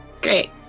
Great